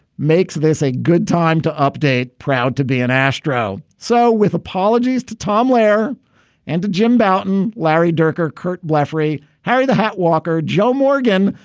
makes this a good time to update. proud to be an astro. so with apologies to tom leor and to jim bouton. larry durk or curt blackberry. harry the hot walker. joe morgan.